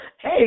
Hey